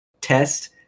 test